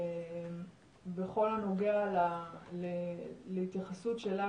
בכל הנוגע להתייחסות שלך,